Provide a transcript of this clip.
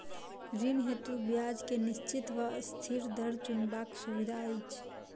ऋण हेतु ब्याज केँ निश्चित वा अस्थिर दर चुनबाक सुविधा अछि